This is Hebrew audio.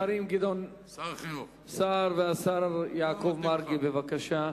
השרים גדעון סער ויעקב מרגי, בבקשה.